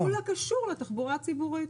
אולי תפעול הקשור לתחבורה ציבורית.